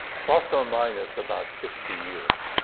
plus or minus about sixty years.